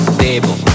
table